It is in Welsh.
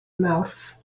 mawrth